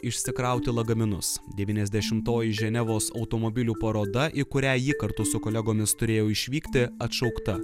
išsikrauti lagaminus devyniasdešimtoji ženevos automobilių paroda į kurią ji kartu su kolegomis turėjo išvykti atšaukta